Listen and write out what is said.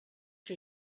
que